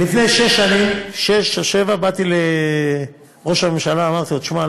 לפני שש או שבע שנים באתי לראש הממשלה ואמרתי לו: תשמע,